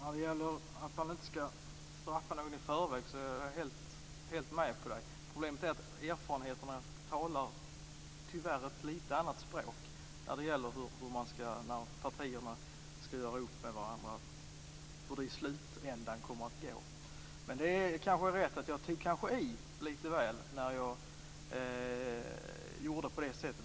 Fru talman! Jag är helt med på att någon inte skall straffas i förväg. Problemet är att erfarenheterna tyvärr talar ett annat språk när partierna skall göra upp med varandra. Det kan vara rätt att jag tog i lite när jag gjorde så.